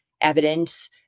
evidence